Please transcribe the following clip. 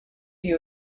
view